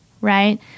right